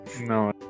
No